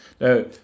Now